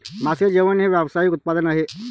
मासे जेवण हे व्यावसायिक उत्पादन आहे